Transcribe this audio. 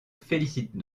félicite